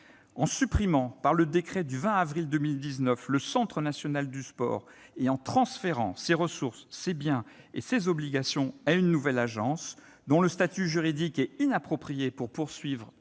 En supprimant, par le décret du 20 avril 2019, le Centre national pour le développement du sport et en transférant ses ressources, ses biens et obligations à une nouvelle agence, dont le statut juridique est inapproprié pour poursuivre